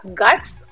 guts